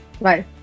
Bye